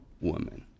woman